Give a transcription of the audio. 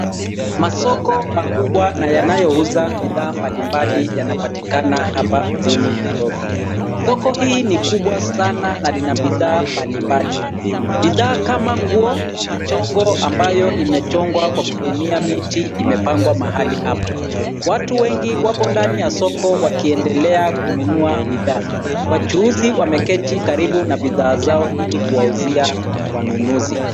Masoko makubwa na yanayouza bidhaa mbali mbali yanapatikana hapa mjini Nairobi. Soko hii ni kubwa sana, na lina bidhaa mbali mbali. Bidhaa kama nguo, michongo ambayo imechongwa kwa kutumia miti ,imepangwa mahali hapa. Watu wengi wapo ndani ya soko wakiendelea kununua bidhaa. Wachuuzi wameketi karibu na bidh aa zao ili kuwauzia wanunuzi.